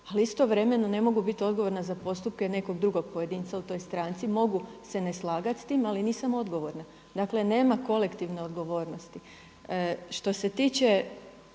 ali istovremeno ne mogu biti odgovorna za postupke nekog drugog pojedinca u toj stranci. Mogu se ne slagati s tim ali nisam odgovorna. Dakle nema kolektivne odgovornosti. Što se tiče